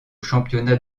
championnats